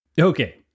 Okay